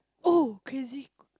oh crazy